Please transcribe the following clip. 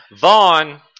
Vaughn